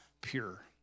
pure